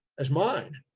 as mine.